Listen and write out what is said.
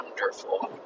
wonderful